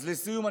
לסיום,